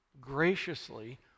graciously